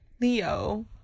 Leo